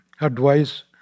advice